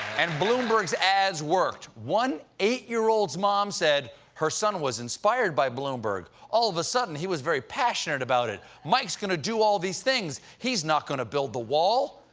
and bloomberg's ads worked. one eight-year-old's mom said her son was inspired by bloomberg. all of a sudden, he was very passionate about it. mike's going to do all these things. he's not going to build the wall.